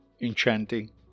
enchanting